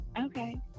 Okay